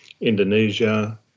Indonesia